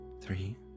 three